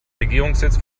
regierungssitz